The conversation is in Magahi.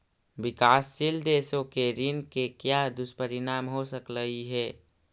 विकासशील देशों के ऋण के क्या दुष्परिणाम हो सकलई हे